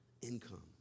income